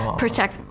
protect